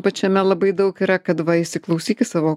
pačiame labai daug yra kad va įsiklausyk į savo